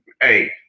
Hey